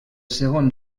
segon